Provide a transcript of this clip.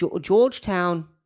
Georgetown